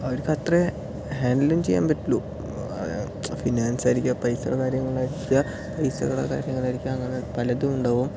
അവർക്കത്രയേ ഹാൻഡിലും ചെയ്യാൻ പറ്റുള്ളൂ ഫിനാൻസായിരിക്കാം പൈസയുടെ കാര്യങ്ങളായിരിക്കുക പൈസയുടെ കാര്യങ്ങളാളായിരിക്കാം അങ്ങനെ പലതും ഉണ്ടാകും